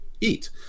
eat